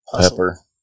Pepper